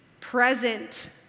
present